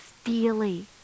steely